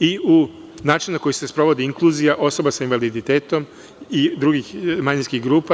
i u načinu na koji se sprovodi inkluzija osoba sa invaliditetom i drugih manjinskih grupa.